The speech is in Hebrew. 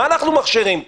מה אנחנו מכשירים פה?